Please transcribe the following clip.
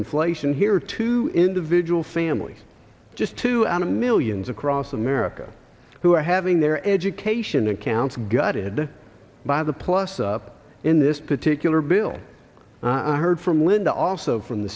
inflation here to individual family just two and a millions across america who are having their education accounts gutted by the plus up in this particular bill i heard from linda also from the